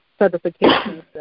certifications